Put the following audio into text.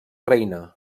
reina